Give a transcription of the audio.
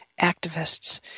activists